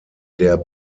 der